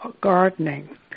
gardening